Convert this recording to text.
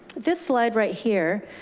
this slide right here,